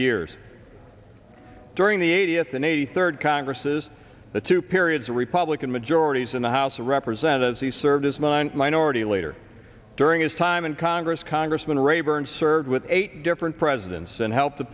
years during the eightieth than a third congresses the two periods a republican majorities in the house of representatives he served as mine minority leader during his time in congress congressman rayburn served with eight different presidents and helped the